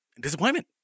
disappointment